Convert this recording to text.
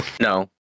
No